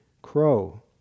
crow